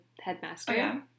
headmaster